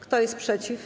Kto jest przeciw?